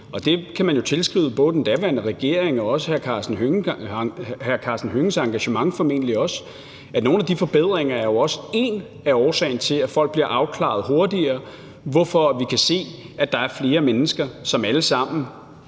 og det kan man jo tilskrive både den daværende regering og formentlig også hr. Karsten Hønges engagement, at nogle af de forbedringer jo også er en af årsagerne til, at folk bliver afklaret hurtigere, hvorfor vi kan se, at flere mennesker, som alle sammen